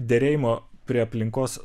derėjimo prie aplinkos